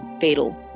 fatal